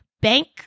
bank